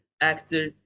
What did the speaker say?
actor